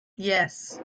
yes